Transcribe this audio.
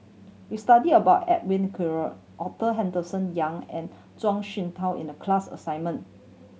we study about Edwin Koek Arthur Henderson Young and Zhuang Shengtao in the class assignment